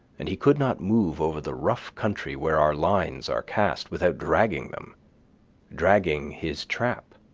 and he could not move over the rough country where our lines are cast without dragging them dragging his trap.